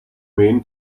main